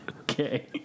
Okay